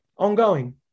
ongoing